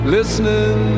Listening